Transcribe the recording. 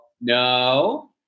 no